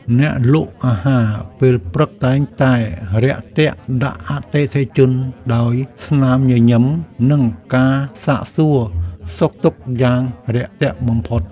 អ្នកលក់អាហារពេលព្រឹកតែងតែរាក់ទាក់ដាក់អតិថិជនដោយស្នាមញញឹម និងការសាកសួរសុខទុក្ខយ៉ាងរាក់ទាក់បំផុត។